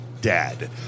dad